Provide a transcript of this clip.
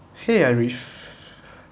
!hey! arif